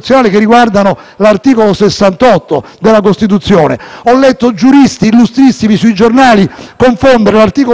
giornali l'articolo